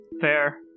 Fair